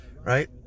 right